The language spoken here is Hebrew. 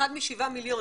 אחד משבעה המיליון,